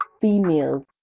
females